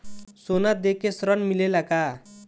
सोना देके ऋण मिलेला का?